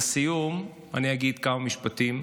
ולסיום, אני אגיד כמה משפטים.